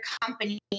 company